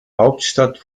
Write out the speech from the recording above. hauptstadt